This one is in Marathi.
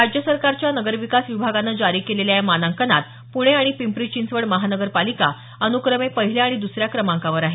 राज्य सरकारच्या नगरविकास विभागानं जारी केलेल्या या मानांकनात पुणे आणि पिंपरी चिंचवड महानगरपालिका अनुक्रमे पहिल्या आणि दुसऱ्या क्रमांकावर आहे